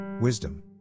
wisdom